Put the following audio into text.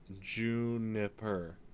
Juniper